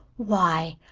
why,